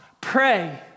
pray